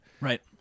Right